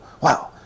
Wow